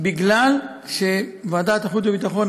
בגלל שוועדת החוץ והביטחון,